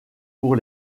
pour